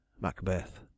Macbeth